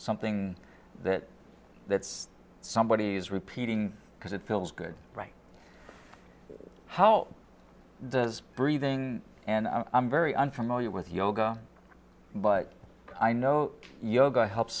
something that it's somebody is repeating because it feels good right how the breathing and i'm very unfamiliar with yoga but i know yoga helps